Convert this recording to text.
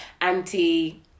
anti